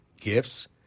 gifts